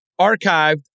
archived